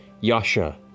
Yasha